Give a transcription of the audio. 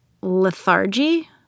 lethargy